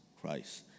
Christ